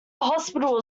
hospital